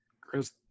chris